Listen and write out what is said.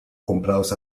comprados